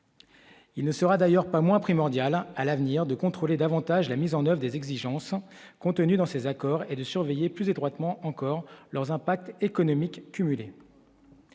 Il ne sera d'ailleurs pas moins primordial à l'avenir de contrôler davantage la mise en 9 des exigences en contenues dans ces accords et de surveiller plus étroitement encore leurs impacts économiques cumulées.